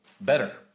Better